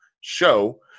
show